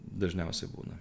dažniausiai būna